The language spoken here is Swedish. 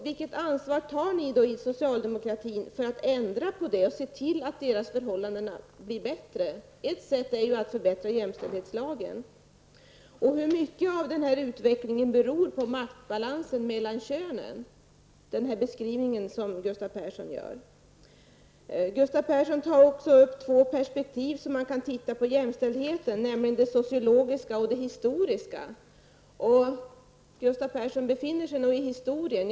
Vilket ansvar tar ni i socialdemokratin för att ändra på det och se till att kvinnornas förhållanden blir bättre? Ett sätt är att förbättra jämställdhetslagen. Hur mycket av utvecklingen beror på maktbalansen mellan könen, som Gustav Persson beskrev? Gustav Persson nämnde två perspektiv som man kan se jämställdheten i, nämligen det sociologiska och det historiska. Gustav Persson befinner sig nog i historien.